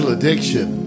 Addiction